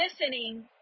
listening